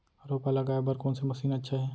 रोपा लगाय बर कोन से मशीन अच्छा हे?